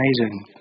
amazing